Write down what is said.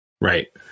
Right